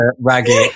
Raggy